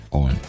on